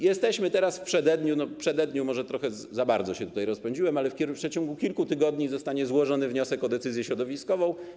Jesteśmy teraz w przededniu - może trochę za bardzo się tutaj rozpędziłem - może w przeciągu kilku tygodni zostanie złożony wniosek o decyzję środowiskową.